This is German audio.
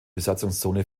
besatzungszone